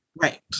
Right